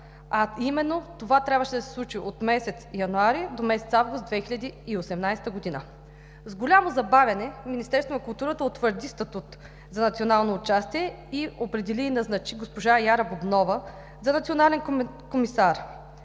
а именно – това трябваше да се случи от месец януари до месец август 2018 г. С голямо забавяне Министерството на културата утвърди Статут за национално участие и определи и назначи госпожа Яра Бубнова за национален комисар.